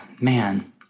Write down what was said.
man